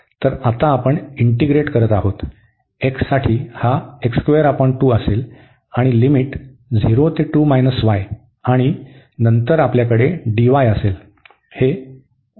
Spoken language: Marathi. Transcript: तर आता आपण इंटीग्रेट करत आहोत x साठी हा असेल आणि लिमिट 0 ते 2 y आणि नंतर आपल्याकडे dy असेल